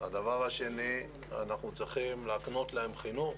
הדבר השני, אנחנו צריכים להקנות להם חינוך.